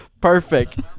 Perfect